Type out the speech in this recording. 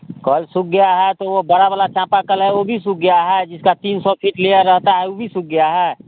कल सूख गया है तो वो बड़ा वाला चापाकल है वो भी सूख गया है जिसका तीन सौ फ़ीट लिया रहता है वो भी सूख गया है